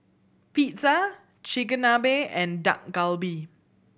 Pizza Chigenabe and Dak Galbi